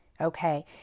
okay